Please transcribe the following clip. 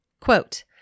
quote